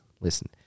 listen